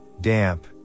damp